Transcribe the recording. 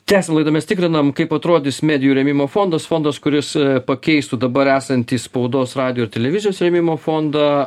tęsiam laidą mes tikrinam kaip atrodys medijų rėmimo fondas fondas kuris pakeistų dabar esantį spaudos radijo ir televizijos rėmimo fondą